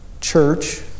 church